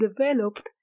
developed